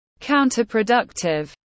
counterproductive